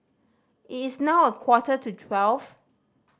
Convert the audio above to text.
it is now a quarter to twelve